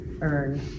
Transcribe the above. earn